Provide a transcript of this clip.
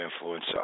influence